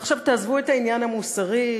ועכשיו תעזבו את העניין המוסרי.